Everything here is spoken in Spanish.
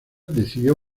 decidió